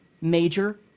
major